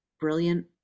brilliant